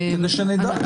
כדי שנדע.